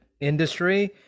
industry